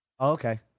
Okay